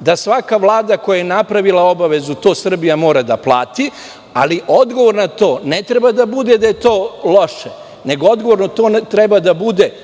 da svaka vlada koja je napravila obavezu, Srbija to mora da plati. Ali, odgovor na to ne treba da bude da je to loše, nego odgovor na to treba da bude –